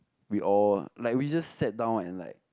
we all like we just sat down and like